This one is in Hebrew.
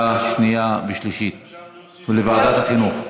לוועדת החינוך,